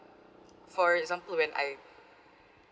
for example when I